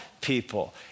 people